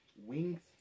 Wings